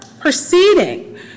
proceeding